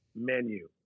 menu